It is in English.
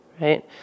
right